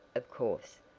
of course,